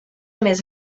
més